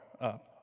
up